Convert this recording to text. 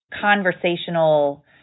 conversational